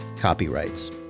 copyrights